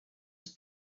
was